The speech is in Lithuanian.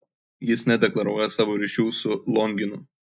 jis nedeklaruoja savo ryšių su longinu